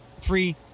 three